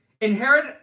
inherit